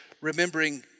remembering